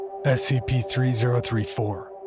SCP-3034